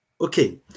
Okay